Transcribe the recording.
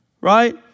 right